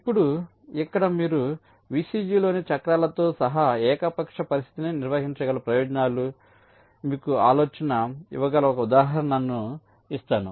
ఇప్పుడు ఇక్కడ మీరు VCG లోని చక్రాలతో సహా ఏకపక్ష పరిస్థితిని నిర్వహించగల ప్రయోజనాలు మీకు ఆలోచన ఇవ్వగల ఒక ఉదాహరణను ఇస్తాను